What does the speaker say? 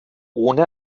ohne